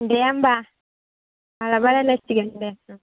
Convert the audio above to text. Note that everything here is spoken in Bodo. दे होमब्ला माब्लाबा रायज्लायसिगोन दे